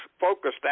focused